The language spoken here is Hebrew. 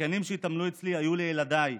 השחיינים שהתאמנו אצלי היו לילדיי.